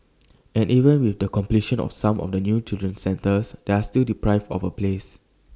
and even with the completion of some of the new childcare centres they are still deprived of A place